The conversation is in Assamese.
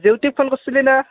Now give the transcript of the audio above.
জেউতিক ফোন কৰছিল না